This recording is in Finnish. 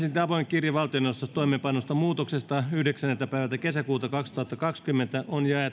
avoin kirje valtioneuvostossa toimeenpannusta muutoksesta yhdeksänneltä päivältä kesäkuuta kaksituhattakaksikymmentä on jaettu